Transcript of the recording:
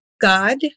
God